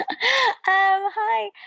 Hi